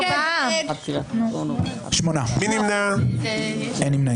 הצבעה לא אושרו.